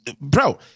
Bro